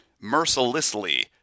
mercilessly